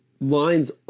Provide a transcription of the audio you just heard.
lines